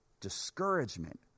Discouragement